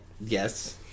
yes